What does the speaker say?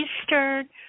eastern